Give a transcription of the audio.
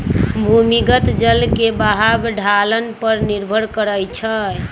भूमिगत जल के बहाव ढलान पर निर्भर करई छई